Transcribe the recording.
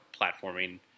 platforming